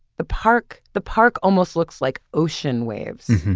the park, the park almost looks like ocean waves.